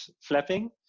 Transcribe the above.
flapping